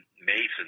mason